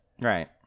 Right